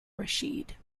rashid